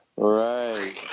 Right